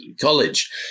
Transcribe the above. college